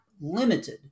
limited